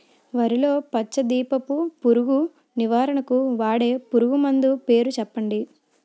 వరిలో పచ్చ దీపపు పురుగు నివారణకు వాడే పురుగుమందు పేరు చెప్పండి?